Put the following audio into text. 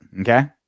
okay